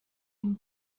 une